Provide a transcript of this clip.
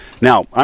Now